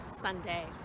Sunday